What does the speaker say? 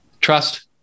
trust